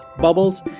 bubbles